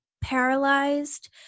paralyzed